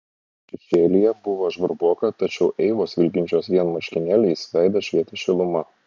žemai šešėlyje buvo žvarboka tačiau eivos vilkinčios vien marškinėliais veidas švietė šiluma